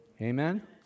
Amen